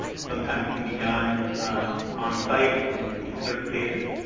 sometimes can be done onsite in in certain cases.